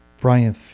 Brian